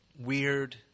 weird